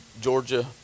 Georgia